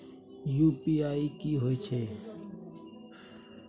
UPI की होय छै?